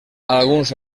alguns